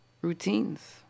routines